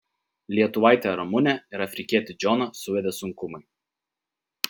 lietuvaitę ramunę ir afrikietį džoną suvedė sunkumai